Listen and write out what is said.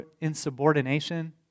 insubordination